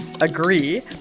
agree